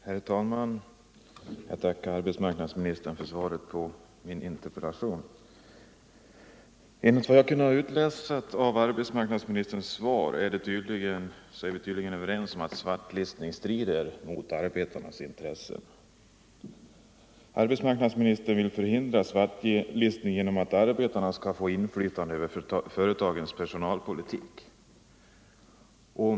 Herr talman! Jag tackar arbetsmarknadsministern för svaret på min interpellation. Enligt vad jag kunnat utläsa av arbetsmarknadsministerns svar är vi överens om att svartlistning strider mot arbetarnas intressen. Arbetsmarknadsministern vill förhindra svartlistning genom att arbetarna skall ha inflytande över företagens personalpolitik.